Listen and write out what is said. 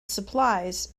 supplies